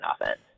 offense